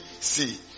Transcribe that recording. see